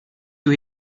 you